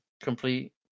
complete